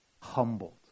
humbled